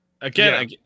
Again